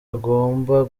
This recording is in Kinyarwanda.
agomba